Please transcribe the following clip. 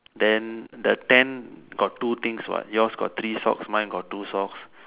then the tent got three things what yours got three socks mine got two socks